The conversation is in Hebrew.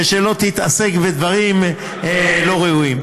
ושלא תתעסק בדברים לא ראויים.